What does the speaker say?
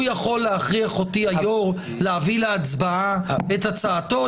הוא יכול להכריח אותי היו"ר להביא להצבעה את הצעתו.